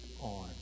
on